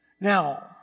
Now